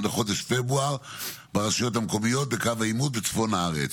קצת צניעות,